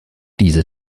diese